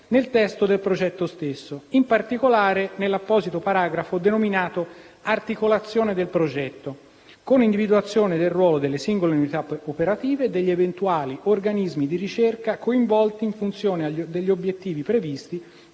nel testo del progetto stesso, in particolare nell'apposito paragrafo, denominato «Articolazione del progetto», con individuazione del ruolo delle singole unità operative e degli eventuali organismi di ricerca coinvolti in funzione degli obiettivi previsti